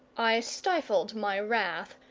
i stifled my wrath,